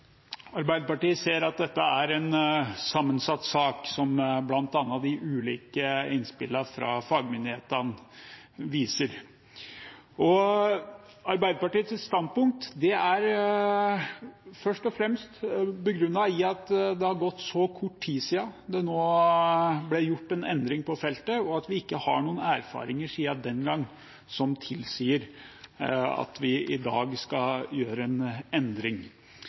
Arbeiderpartiet ser at dette er en sammensatt sak, noe bl.a. de ulike innspillene fra fagmyndighetene viser. Arbeiderpartiets standpunkt er først og fremst begrunnet i at det har gått kort tid siden det ble gjort en endring på feltet, og at vi ikke har noen erfaringer siden den gang som tilsier at vi i dag skal gjøre en endring.